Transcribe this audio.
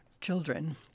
children